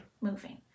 moving